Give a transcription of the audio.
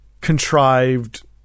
contrived